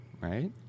Right